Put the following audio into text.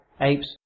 apes